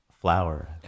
flower